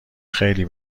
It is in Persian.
خیلی